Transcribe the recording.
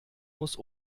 muss